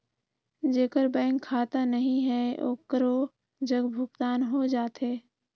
जेकर बैंक खाता नहीं है ओकरो जग भुगतान हो जाथे?